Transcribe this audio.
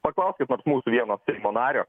paklauskit nors mūsų vieno seimo nario